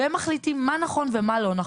והם מחליטים מה נכון ומה לא נכון,